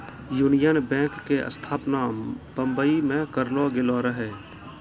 union Bank के स्थापना बंबई मे करलो गेलो रहै